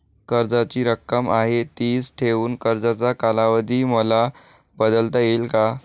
कर्जाची रक्कम आहे तिच ठेवून कर्जाचा कालावधी मला बदलता येईल का?